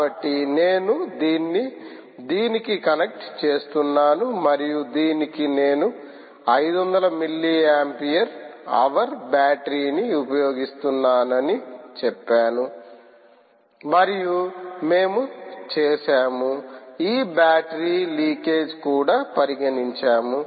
కాబట్టి నేను దీన్ని దీనికి కనెక్ట్ చేస్తున్నాను మరియు దీనికి నేను 500 మిల్లీ ఆంపియర్ హవర్ బ్యాటరీ ని ఉపయోగిస్తున్నానని చెప్పాను మరియు మేము చేసాము ఈ బ్యాటరీ లీకేజీ కూడా పరిగణించాము